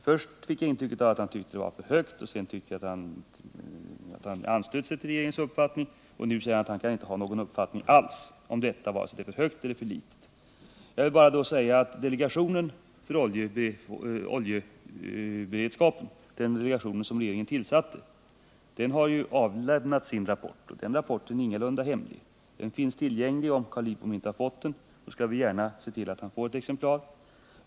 Först fick jag intrycket att han tyckte nivån var för hög, sedan fick jag intrycket att han anslöt sig till regeringens uppfattning, och nu säger han att han inte kan ha någon uppfattning alls, vare sig om nivån är för hög eller för låg. Jag vill med anledning av det bara säga att delegationen för oljeförsörjningsberedskapen, som regeringen tillsatte, har avlämnat sin rapport. Den rapporten är ingalunda hemlig. Den finns tillgänglig. Om Carl Lidbom inte har fått den, skall vi gärna se till att han får ett exemplar.